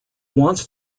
wants